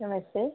नमस्ते